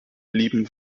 blieben